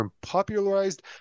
popularized